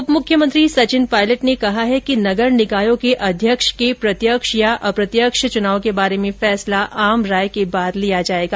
उप मुख्यमंत्री सचिन पायलट ने कहा है कि नगर निकायों के अध्यक्ष के प्रत्यक्ष या अप्रत्यक्ष चुनाव के बारे में फैसला आम राय के बाद लिया जायेगा